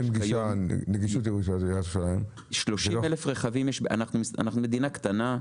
אנחנו מדינה קטנה.